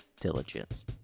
diligence